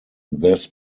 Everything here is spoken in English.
this